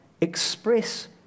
express